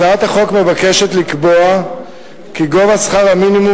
הצעת החוק מבקשת לקבוע כי גובה שכר המינימום